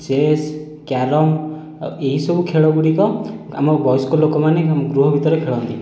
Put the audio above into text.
chess carrom ଏହିସବୁ ଖେଳ ଗୁଡ଼ିକ ଆମ ବୟସ୍କ ଲୋକମାନେ ଗୃହ ଭିତରେ ଖେଳନ୍ତି